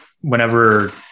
whenever